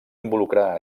involucrar